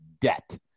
debt